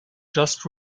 just